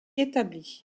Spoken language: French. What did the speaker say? établit